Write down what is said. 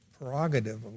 prerogative